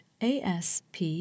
ASP